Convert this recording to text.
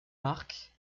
marc